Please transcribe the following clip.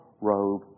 robe